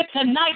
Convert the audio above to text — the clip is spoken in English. tonight